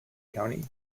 county